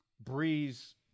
Breeze